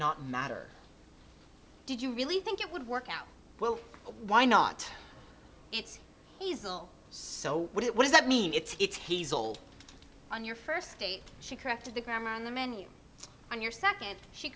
not matter did you really think it would work out well why not it's easel so what does that mean it's he's old on your first date she corrected the grammar on the menu on your second she